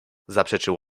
zaprzeczył